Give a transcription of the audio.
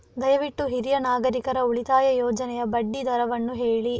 ದಯವಿಟ್ಟು ಹಿರಿಯ ನಾಗರಿಕರ ಉಳಿತಾಯ ಯೋಜನೆಯ ಬಡ್ಡಿ ದರವನ್ನು ಹೇಳಿ